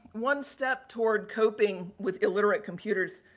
one step toward coping with illiterate computers,